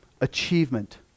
achievement